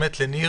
לניר,